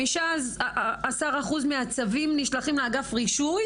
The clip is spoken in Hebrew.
15% מהצווים נשלחים לאגף רישוי